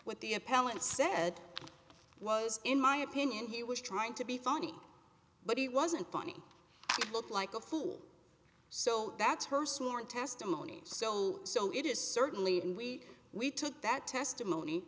what the appellant said was in my opinion he was trying to be funny but he wasn't funny you look like a fool so that's her sworn testimony so so it is certainly and we we took that testimony